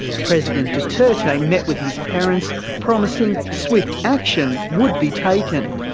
president duterte met with his parents promising swift action would be taken.